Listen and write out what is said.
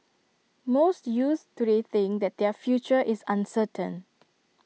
most youths today think that their future is uncertain